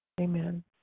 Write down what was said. Amen